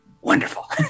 Wonderful